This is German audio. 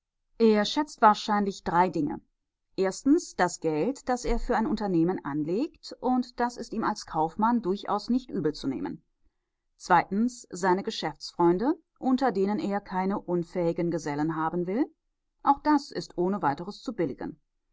er schätzt wahrscheinlich drei dinge erstens das geld das er für ein unternehmen anlegt und das ist ihm als kaufmann durchaus nicht übelzunehmen zweitens seine geschäftsfreunde unter denen er keine unfähigen gesellen haben will auch das ist ohne weiteres zu billigen